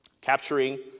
capturing